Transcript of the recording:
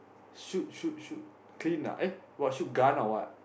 shoot shoot shoot clean ah eh !wah! shoot gun or what